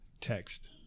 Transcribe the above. text